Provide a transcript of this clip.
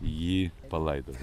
jį palaidojo